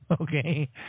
okay